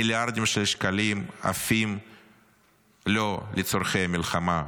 מיליארדים של שקלים עפים לא לצורכי מלחמה,